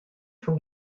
fan